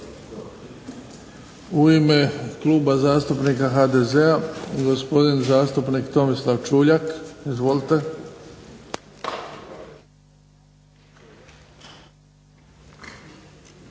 U ime Kluba zastupnika HDZ-a gospodin zastupnik Tomislav Čuljak. Izvolite.